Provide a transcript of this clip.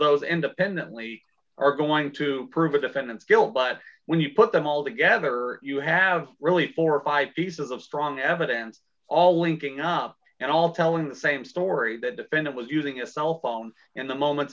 those independently are going to prove a defendant's guilt but when you put them all together you have really four or five pieces of strong evidence all linking up and all telling the same story the defendant was using a cell phone in the moments